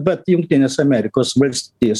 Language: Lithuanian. bet jungtinės amerikos valstijos